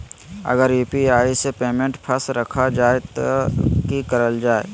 अगर यू.पी.आई से पेमेंट फस रखा जाए तो की करल जाए?